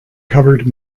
covered